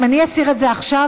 אם אני אסיר את זה עכשיו,